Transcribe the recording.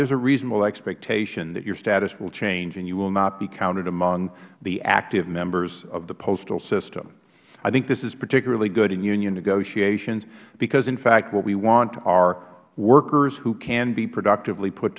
there is a reasonable expectation that your status will change and you will not be counted among the active members of the postal system i think this is particularly good in union negotiations because in fact what we want are workers who can be productively put